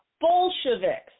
Bolsheviks